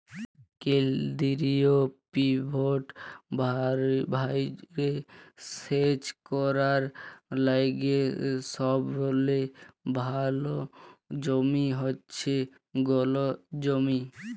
কেলদিরিয় পিভট ভাঁয়রে সেচ ক্যরার লাইগে সবলে ভাল জমি হছে গল জমি